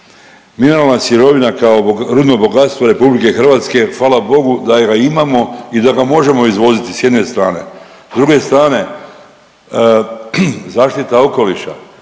Mineralna sirovina kao rudno bogatstvo Republike Hrvatske hvala bogu da ga imamo i da možemo izvoziti sa jedne strane. S druge strane zaštita okoliša